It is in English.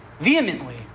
vehemently